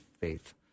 faith